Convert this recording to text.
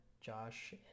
Josh